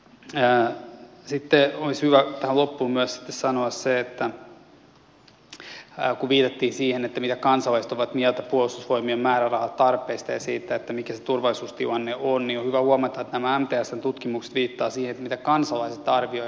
sitten olisi hyvä tähän loppuun myös sanoa se kun viitattiin siihen mitä kansalaiset ovat mieltä puolustusvoimien määrärahatarpeista ja siitä mikä se turvallisuustilanne on että on hyvä huomata että mtsn tutkimukset viittaavat siihen mitä kansalaiset arvioivat